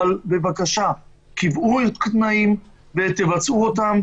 אבל בבקשה קבעו תנאים ותבצעו אותם,